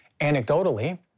anecdotally